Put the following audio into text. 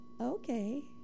okay